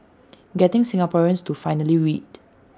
getting Singaporeans to finally read